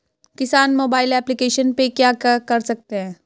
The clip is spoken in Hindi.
किसान मोबाइल एप्लिकेशन पे क्या क्या कर सकते हैं?